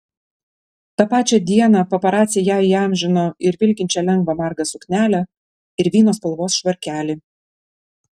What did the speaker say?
tą pačią dieną paparaciai ją įamžino ir vilkinčią lengvą margą suknelę ir vyno spalvos švarkelį